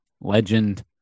legend